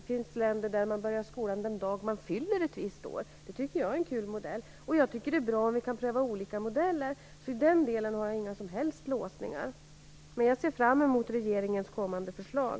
I vissa länder börjar man skolan den dag man fyller ett visst antal år. Det tycker jag är en kul modell. Jag tycker att det är bra om vi kan pröva olika modeller. I den delen har jag alltså inga som helst låsningar. Jag ser fram emot regeringens kommande förslag.